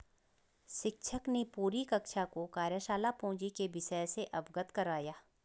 शिक्षक ने पूरी कक्षा को कार्यशाला पूंजी के विषय से अवगत कराया